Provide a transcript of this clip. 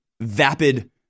vapid